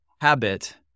habit